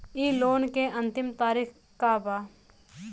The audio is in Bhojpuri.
इ लोन के अन्तिम तारीख का बा?